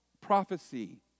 prophecy